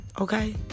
okay